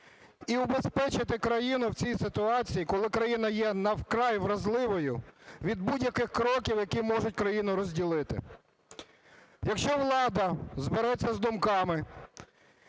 і убезпечити країну в цій ситуації, коли країна є вкрай вразливою, від будь-яких кроків, які можуть країну розділити. Якщо влада збереться з думками,